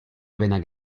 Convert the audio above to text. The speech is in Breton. bennak